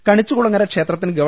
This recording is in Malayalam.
കണിച്ചുകുളങ്ങര ക്ഷേത്രത്തിന് ഗവ